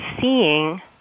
seeing